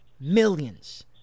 millions